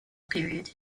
period